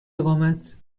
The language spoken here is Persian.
اقامت